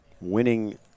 winning